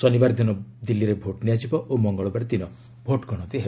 ଶନିବାର ଦିନ ଦିଲ୍ଲୀରେ ଭୋଟ ନିଆଯିବ ଓ ମଙ୍ଗଳବାର ଦିନ ଭୋଟ ଗଣତି ହେବ